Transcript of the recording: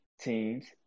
teams